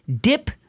dip